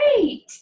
great